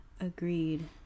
Agreed